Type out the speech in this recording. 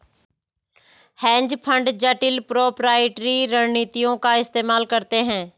hedge fund जटिल proprietary रणनीतियों का इस्तेमाल करते हैं